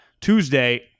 Tuesday